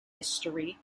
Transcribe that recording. history